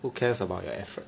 who cares about your effort